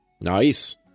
Nice